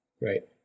right